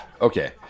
okay